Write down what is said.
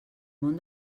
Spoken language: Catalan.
món